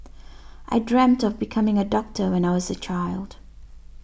I dreamt of becoming a doctor when I was a child